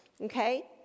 Okay